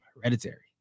hereditary